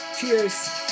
Cheers